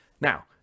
Now